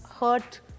hurt